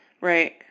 right